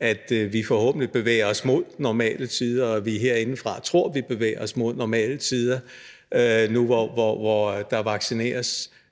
at vi forhåbentlig bevæger os mod normale tider, og at vi herindefra tror, vi bevæger os mod normale tider – nu, hvor der vaccineres,